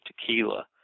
tequila